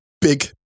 big